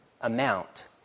amount